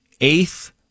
eighth